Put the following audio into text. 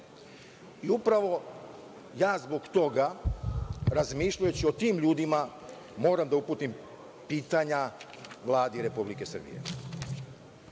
ja zbog toga, razmišljajući o tim ljudima, moram da uputim pitanja Vladi Republike Srbije.